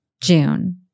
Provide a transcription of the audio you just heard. June